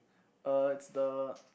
uh it's the